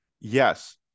Yes